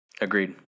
agreed